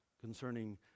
concerning